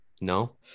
no